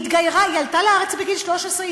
היא עלתה לארץ בגיל 13,